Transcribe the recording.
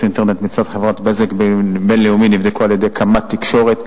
אינטרנט מצד חברת "בזק בינלאומי" נבדקו על-ידי קמ"ט תקשורת.